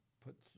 put